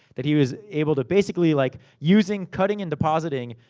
that he was able to, basically, like using, cutting, and depositing,